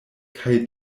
kaj